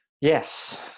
yes